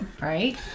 Right